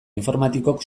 informatikok